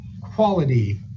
quality